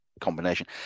combination